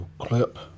clip